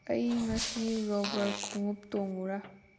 ꯑꯩ ꯉꯁꯤ ꯔꯕꯔ ꯈꯣꯡꯎꯞ ꯇꯣꯡꯉꯨꯔꯥ